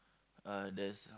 uh there's